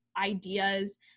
ideas